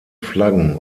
flaggen